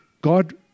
God